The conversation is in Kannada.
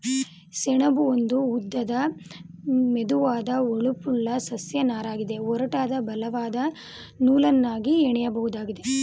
ಸೆಣಬು ಒಂದು ಉದ್ದದ ಮೆದುವಾದ ಹೊಳಪುಳ್ಳ ಸಸ್ಯ ನಾರಗಿದೆ ಒರಟಾದ ಬಲವಾದ ನೂಲನ್ನಾಗಿ ಹೆಣಿಬೋದಾಗಿದೆ